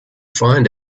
find